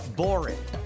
boring